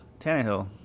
Tannehill